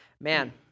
Man